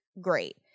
great